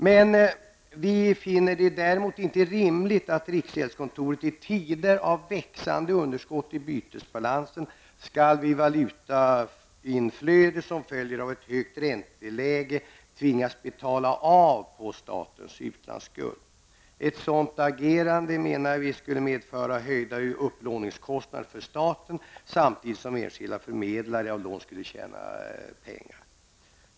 Men vi moderater finner det däremot inte rimligt att riksgäldskontoret i tider av växande underskott i bytesbalansen skall vid valutainflöde som följer av ett högt ränteläge tvingas betala av på statens utlandsskuld. Vi menar att ett sådant agerande skulle medföra höjda upplåningskostnader för staten samtidigt som enskilda förmedlare av lån skulle tjäna pengar.